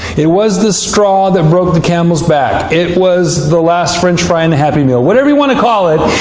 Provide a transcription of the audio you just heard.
it was the straw that broke the camel's back. it was the last french fry in and the happy meal whatever you want to call it,